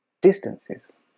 distances